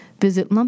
visit